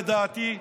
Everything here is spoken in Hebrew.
לדעתי,